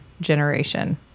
generation